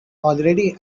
already